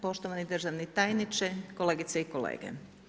Poštovani državni tajniče, kolegice i kolege.